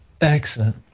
Excellent